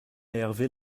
hervé